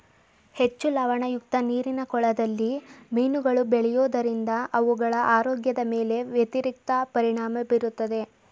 ಹೆಚ್ಚು ಲವಣಯುಕ್ತ ನೀರಿನ ಕೊಳದಲ್ಲಿ ಮೀನುಗಳು ಬೆಳೆಯೋದರಿಂದ ಅವುಗಳ ಆರೋಗ್ಯದ ಮೇಲೆ ವ್ಯತಿರಿಕ್ತ ಪರಿಣಾಮ ಬೀರುತ್ತದೆ